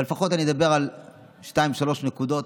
אבל לפחות אני אדבר על שתיים-שלוש נקודות.